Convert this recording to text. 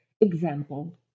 Example